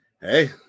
hey